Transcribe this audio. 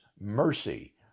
mercy